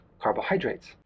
carbohydrates